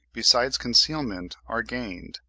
besides concealment are gained,